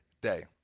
day